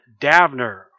davner